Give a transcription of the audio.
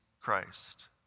Christ